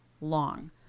long